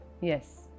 yes